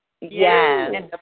Yes